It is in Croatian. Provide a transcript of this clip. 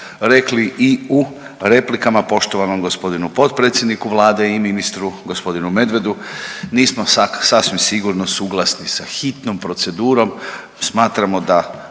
rekli i u replikama poštovanom gospodinu potpredsjedniku Vlade i ministru gospodinu Medvedu nismo sasvim sigurno suglasni sa hitnom procedurom. Smatramo da